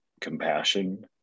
compassion